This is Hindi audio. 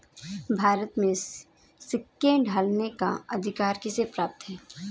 भारत में सिक्के ढालने का अधिकार किसे प्राप्त है?